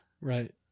Right